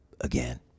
Again